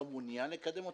לא מעוניין לקדם אותו,